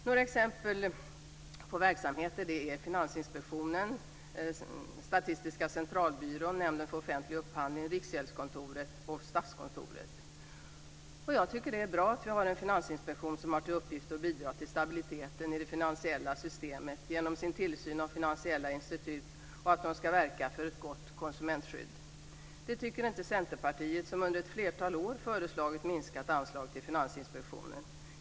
Några exempel på verksamheter är Finansinspektionen, Statistiska centralbyrån, Nämnden för offentlig upphandling, Riksgäldskontoret och Statskontoret. Jag tycker att det är bra att vi har en finansinspektion som har till uppgift att bidra till stabiliteten i det finansiella systemet genom tillsyn av finansiella institut och att verka för ett gott konsumentskydd. Det tycker inte Centerpartiet, som under ett flertal år föreslagit minskat anslag till Finansinspektionen.